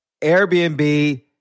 Airbnb